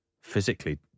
physically